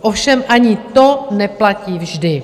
Ovšem ani to neplatí vždy.